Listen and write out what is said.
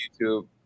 YouTube